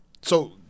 So-